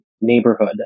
neighborhood